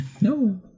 No